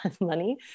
money